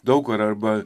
daug kur arba